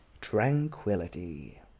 tranquility